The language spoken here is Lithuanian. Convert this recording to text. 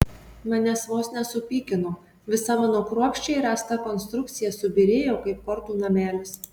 manęs vos nesupykino visa mano kruopščiai ręsta konstrukcija subyrėjo kaip kortų namelis